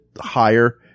higher